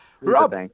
Rob